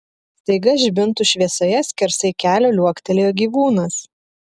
staiga žibintų šviesoje skersai kelio liuoktelėjo gyvūnas